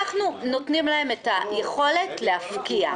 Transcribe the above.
אנחנו נותנים להם את היכולת להפקיע.